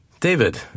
David